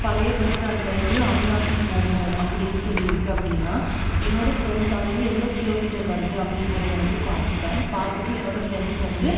பழைய பஸ் ஸ்டாண்ட்லேருந்து அவினாசி போகணும் அப்படின்னு சொல்லி இருக்குது அப்படின்னா என்னோடய ஃப்ரெண்ட்ஸ் அது வந்து எவ்வளோ கிலோமீட்டர் வருது அப்படிங்கிறத வந்து பார்த்துப்பேன் பார்த்துட்டு என்னோடய ஃப்ரெண்ட்ஸ் வந்து